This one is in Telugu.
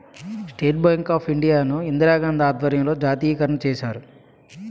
స్టేట్ బ్యాంక్ ఆఫ్ ఇండియా ను ఇందిరాగాంధీ ఆధ్వర్యంలో జాతీయకరణ చేశారు